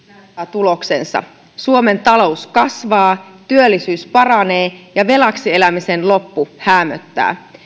tuloksensa suomen talous kasvaa työllisyys paranee ja velaksi elämisen loppu häämöttää